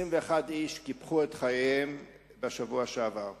21 איש קיפחו את חייהם בשבוע שעבר.